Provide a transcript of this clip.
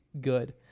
good